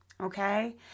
Okay